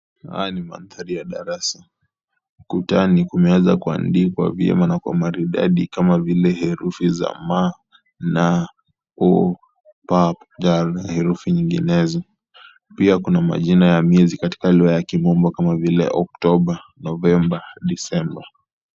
Haya ni mandhari ya darasa. Kutani kumeweza kuandiwa vyema na marifadi kama vile herufi za ma, na.uu, pa, da na herufi nyinginezo. Pia Kuna kana majina ya miezi katika lugha ya kimombo kama vile October, November, December .